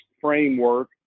framework